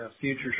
Future